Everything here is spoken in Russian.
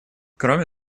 кроме